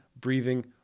breathing